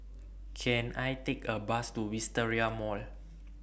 Can I Take A Bus to Wisteria Mall